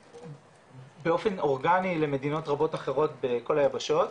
באופן אורגני למדינות רבות אחרות בכל היבשות.